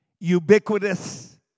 ubiquitous